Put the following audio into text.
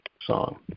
song